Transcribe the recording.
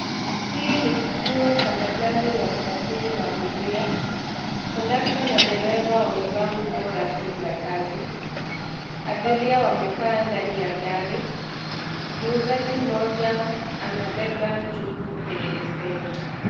Hiii ni kituo cha magari ya usafiri wa abiria. Kondakta na dereva wamevaa nguo rasmi za kazi. Abiria wamekaa ndani ya gari. Muuzaji mmoja amebeba njugu kwenye beseni.